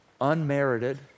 unmerited